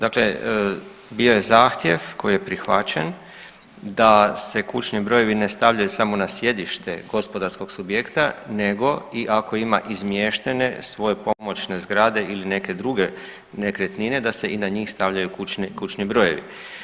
Dakle, bio je zahtjev, koji je prihvaćen da se kućni brojevi ne stavljaju samo na sjedište gospodarskog subjekta nego i ako ima izmještene svoje pomoćne zgrade ili neke druge nekretnine, da se i na njih stavljaju kućni brojevi.